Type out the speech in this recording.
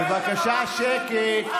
בבקשה שקט.